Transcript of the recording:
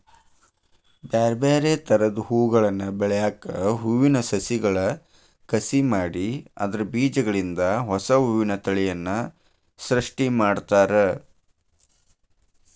ಬ್ಯಾರ್ಬ್ಯಾರೇ ತರದ ಹೂಗಳನ್ನ ಬೆಳ್ಯಾಕ ಹೂವಿನ ಸಸಿಗಳ ಕಸಿ ಮಾಡಿ ಅದ್ರ ಬೇಜಗಳಿಂದ ಹೊಸಾ ಹೂವಿನ ತಳಿಯನ್ನ ಸೃಷ್ಟಿ ಮಾಡ್ತಾರ